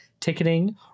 ticketing